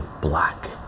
black